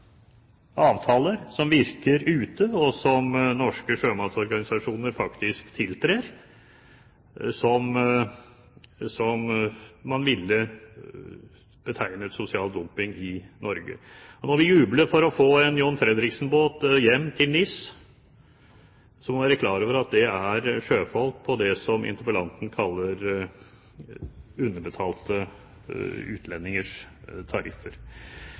avtaler som virker ute, og som norske sjømannsorganisasjoner faktisk tiltrer, som man ville betegnet som sosial dumping i Norge. Når vi jubler over å få en John Fredriksen-båt hjem til NIS, må vi være klar over at det er sjøfolk på det som interpellanten kaller underbetalte utlendingers tariffer.